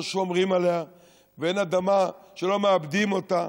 שומרים עליה ואין אדמה שלא מעבדים אותה.